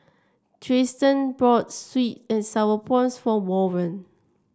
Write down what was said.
Triston bought sweet and sour prawns for Warren